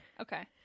okay